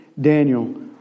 Daniel